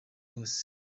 hose